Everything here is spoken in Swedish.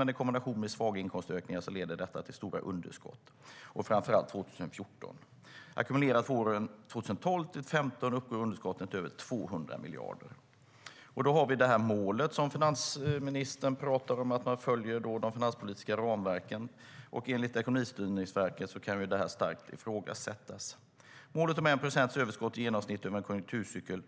Men i kombination med svaga inkomstökningar leder detta till stora underskott, framför allt 2014. Ackumulerat för åren 2012-2015 uppgår underskotten till över 200 miljarder. Då har vi det mål som finansministern talar om att man följer - de finanspolitiska ramverken. Enligt Ekonomistyrningsverket kan detta starkt ifrågasättas. Målet om 1 procents överskott i genomsnitt över en konjunkturcykel